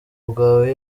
bwawe